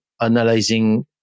analyzing